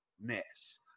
miss